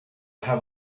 have